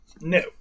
No